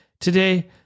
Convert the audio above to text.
Today